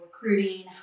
recruiting